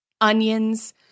onions